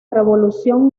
revolución